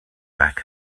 back